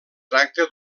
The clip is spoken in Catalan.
tracta